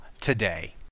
today